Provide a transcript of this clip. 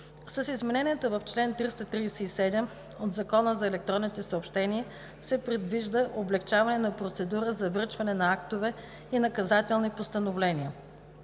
С измененията в чл. 337 от Закона за електронните съобщения се предвижда облекчаване на процедура за връчване на актове и наказателни постановления.